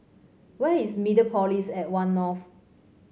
where is Mediapolis at One North